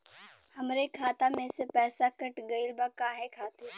हमरे खाता में से पैसाकट गइल बा काहे खातिर?